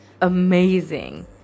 Amazing